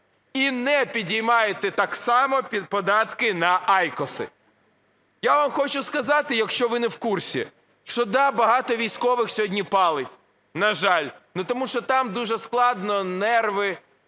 і не підіймаєте так само податки на айкоси. Я вам хочу сказати, якщо ви не в курсі, що, да, багато військових сьогодні палить, на жаль. Ну, тому що там дуже складно, нерви,